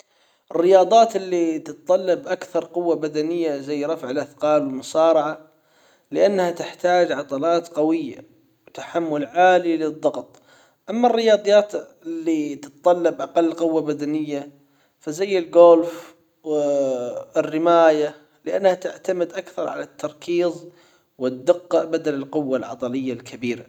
الرياضات اللي تتطلب أكثر قوة بدنية زي رفع الاثقال والمصارعة لأنها تحتاج عضلات قوية وتحمل عالي للضغط اما الرياضيات اللي تتطلب أقل قوة بدنية فزي الجولف و الرماية لأنها تعتمد اكثر على التركيز والدقة بدل القوة العضلية الكبيرة.